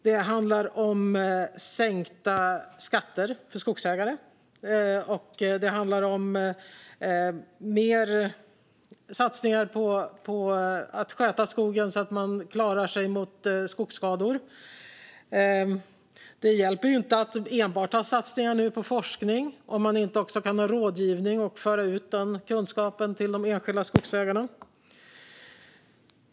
Det handlar om sänkta skatter för skogsägare, och det handlar om mer satsningar på att sköta skogen så att man klarar sig mot skogsskador. Det hjälper ju inte att enbart ha satsningar nu på forskning om man inte också kan ha rådgivning och föra ut kunskapen till de enskilda skogsägarna.